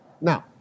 Now